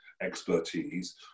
expertise